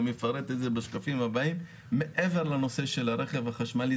אפרט את זה בשקפים הבאים מעבר לנושא של הרכב החשמלי,